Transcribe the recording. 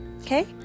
Okay